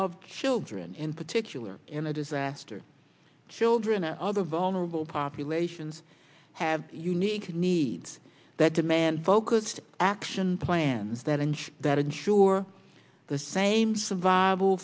of children in particular in a disaster children and other vulnerable populations have unique needs that demand focused action plans that inch that ensure the same survival